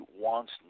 wants